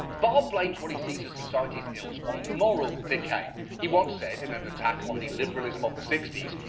barr blames what he sees as society's ills on moral decay. he once said in an attack on the liberalism of the sixty s.